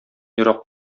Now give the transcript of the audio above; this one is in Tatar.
ерак